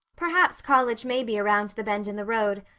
perhaps college may be around the bend in the road,